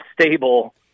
stable